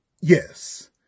Yes